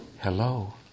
Hello